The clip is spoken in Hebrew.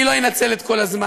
אני לא אנצל את כל הזמן.